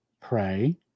Pray